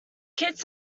kit